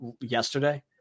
yesterday